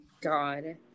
God